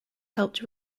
helped